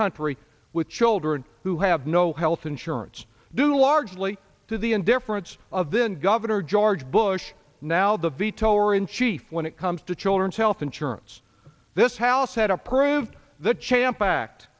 country with children who have no health insurance due largely to the indifference of then governor george bush now the veto are in chief when it comes to children's health insurance this house had approved